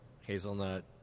hazelnut